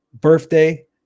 birthday